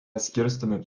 skirstomi